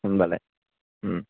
होमबालाय